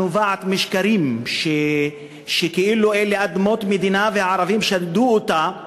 שנובעת משקרים שכאילו אלה אדמות מדינה והערבים שדדו אותן,